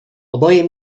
oboje